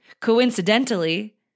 coincidentally